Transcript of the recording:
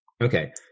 okay